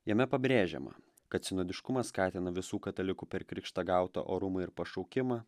jame pabrėžiama kad sinodiškumas skatina visų katalikų per krikštą gautą orumą ir pašaukimą